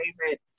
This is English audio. favorite